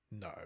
No